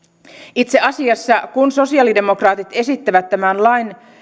itse asiassa kun sosialidemokraatit esittävät tämän